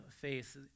faith